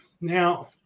Now